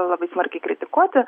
labai smarkiai kritikuoti